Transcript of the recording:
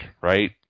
right